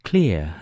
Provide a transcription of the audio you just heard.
Clear